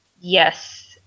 Yes